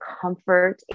comfort